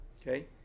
okay